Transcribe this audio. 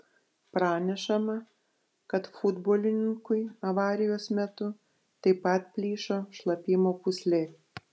pranešama kad futbolininkui avarijos metu taip pat plyšo šlapimo pūslė